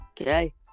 Okay